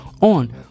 on